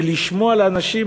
ולשמוע לאנשים.